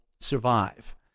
survive